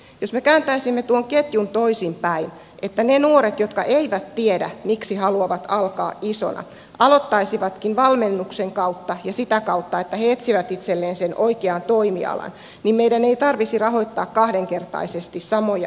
jos me kääntäisimme tuon ketjun toisinpäin että ne nuoret jotka eivät tiedä miksi haluavat alkaa isoina aloittaisivatkin valmennuksen kautta ja sitä kautta että he etsivät itselleen oikean toimialan meidän ei tarvitsisi rahoittaa kahdenkertaisesti samoja asioita